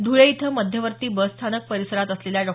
धूळे इथं मध्यवर्ती बस स्थानक परिसरात असलेल्या डॉ